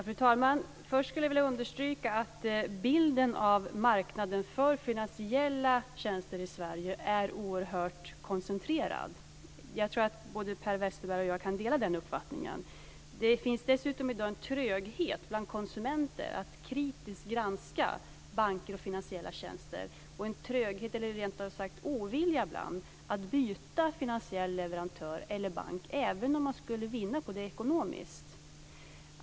Fru talman! Jag skulle först vilja understryka att bilden av marknaden för finansiella tjänster i Sverige är oerhört koncentrerad. Jag tror att Per Westerberg och jag kan dela den uppfattningen. Det finns dessutom i dag en tröghet bland konsumenter när det gäller att kritiskt granska banker och finansiella tjänster och ibland rent av en ovilja att byta finansiell leverantör eller bank, även om man skulle vinna på det ekonomiskt.